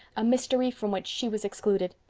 a mystery from which she was excluded.